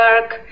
work